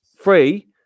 free